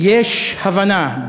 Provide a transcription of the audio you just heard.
יש הבנה,